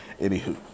anywho